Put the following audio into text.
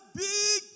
big